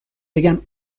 بگن